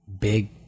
Big